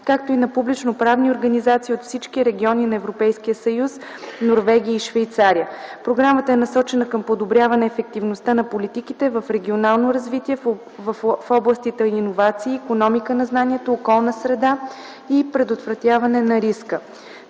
както и на публичноправни организации от всички региони на Европейския съюз, Норвегия и Швейцария. Програмата е насочена към подобряване ефективността на политиките за регионално развитие в областите иновации, икономика на знанието, околна среда и предотвратяване на риска.